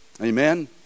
Amen